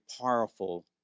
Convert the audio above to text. powerful